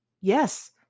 Yes